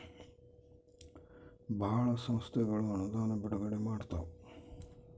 ಭಾಳ ಸಂಸ್ಥೆಗಳು ಅನುದಾನ ಬಿಡುಗಡೆ ಮಾಡ್ತವ